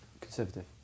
Conservative